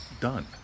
Done